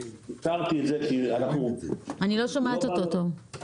לא שומעים טוב.